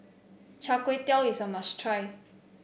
Char Kway Teow is a must try